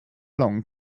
long